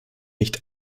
nicht